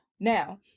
Now